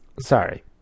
sorry